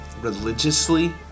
religiously